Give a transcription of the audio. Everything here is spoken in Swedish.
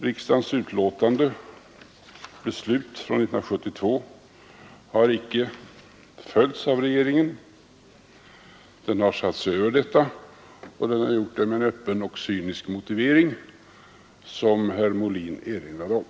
Riksdagens beslut från 1972 har icke följts av regeringen. Den har satt sig över detta, och den har gjort det med en öppen och cynisk motivering som herr Molin erinrade om.